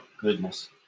goodness